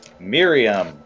Miriam